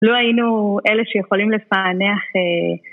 לא היינו אלה שיכולים לפענח אהה...